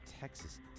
Texas